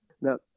Now